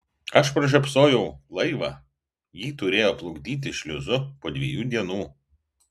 aš pražiopsojau laivą jį turėjo plukdyti šliuzu po dviejų dienų